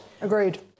Agreed